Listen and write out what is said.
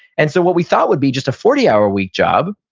and so what we thought would be just a forty hour a week job,